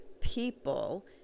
people